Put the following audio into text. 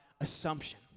assumption